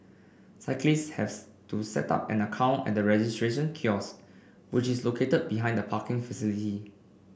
cyclists has to set up an account at the registration kiosks which is located behind the parking facility